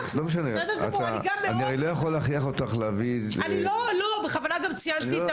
אני הרי לא יכול להכריח אותך להביא את זה --- אני בכוונה ציינתי שגם